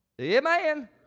Amen